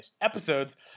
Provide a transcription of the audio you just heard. episodes